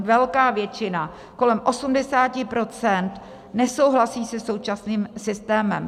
Velká většina, kolem 80 %, nesouhlasí se současným systémem.